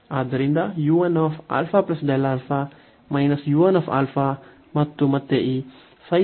ಆದ್ದರಿಂದ u 1 α Δα u 1 α ಮತ್ತು ಮತ್ತೆ ಈ ∈ u 1 α u 1 α Δα